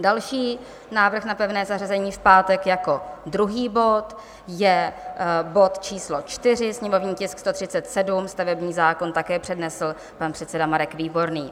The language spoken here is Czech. Další návrh na pevné zařazení v pátek jako druhý bod je bod číslo 4, sněmovní tisk 137, Stavební zákon, také přednesl pan předseda Marek Výborný.